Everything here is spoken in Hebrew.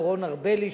דורון ארבלי,